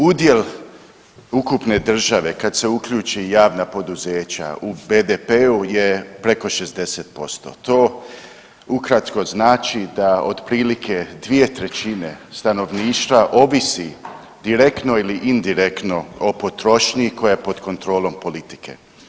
Udjel ukupne države kad se uključe javna poduzeća u BDP-u je preko 60%, to ukratko znači da otprilike dvije trećine stanovništva ovisi direktno ili indirektno o potrošnji koja je pod kontrolom politike.